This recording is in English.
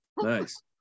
Nice